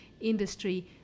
industry